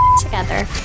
together